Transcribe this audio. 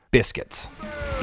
Biscuits